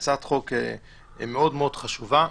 הצעת חוק מאוד חשובה.